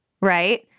right